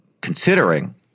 considering –